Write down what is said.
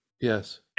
yes